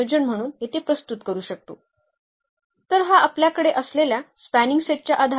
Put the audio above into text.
तर उदाहरणार्थ आम्ही सर्वसाधारण बहुपदी घेतली आहे आणि दिलेल्या बहुपदांच्या मदतीने आपण हे सहज वापरु शकतो